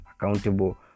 accountable